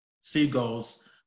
seagulls